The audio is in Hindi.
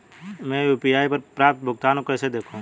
मैं यू.पी.आई पर प्राप्त भुगतान को कैसे देखूं?